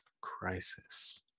crisis